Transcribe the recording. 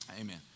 Amen